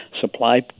supply